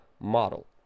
model